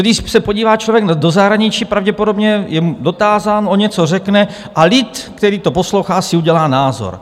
Když se podívá člověk do zahraničí, pravděpodobně je dotázán, on něco řekne a lid, který to poslouchá, si udělá názor.